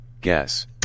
Guess